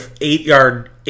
eight-yard